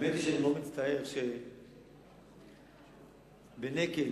האמת היא שאני מאוד מצטער שאפשר בנקל,